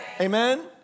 Amen